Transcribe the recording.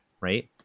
right